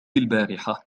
البارحة